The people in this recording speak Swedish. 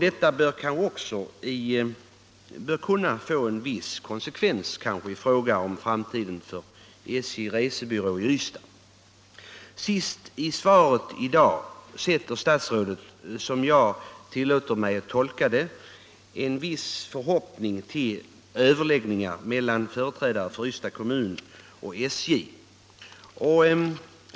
Detta bör kanske också kunna få en viss konsekvens i fråga om framtiden för SJ resebyrå i Ystad. Sist i svaret i dag sätter statsrådet, som jag tillåter mig tolka det, en viss förhoppning till överläggningar mellan företrädare för Ystads kommun och SJ.